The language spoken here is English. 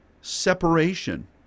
separation